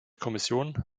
kommission